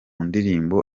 ndirimbo